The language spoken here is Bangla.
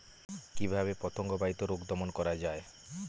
কিভাবে পতঙ্গ বাহিত রোগ দমন করা যায়?